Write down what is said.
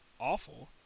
awful